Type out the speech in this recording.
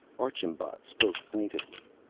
archambaud spoke plaintively.